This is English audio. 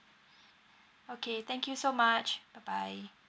okay thank you so much bye bye